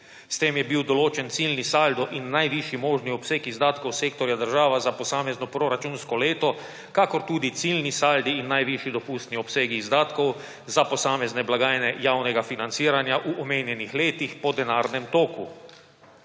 S tem je bil določen ciljni saldo in najvišji možni obseg izdatkov sektorja država za posamezno proračunsko leto ter tudi ciljni saldi in najvišji dopustni obsegi izdatkov za posamezne blagajne javnega financiranja v omenjenih letih po denarnem toku.